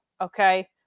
Okay